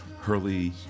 Hurley